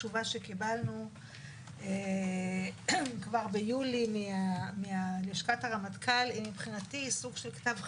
התשובה שקיבלנו כבר ביולי מלשכת הרמטכ"ל היא מבחינתי סוג של כתב חידה.